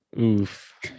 Oof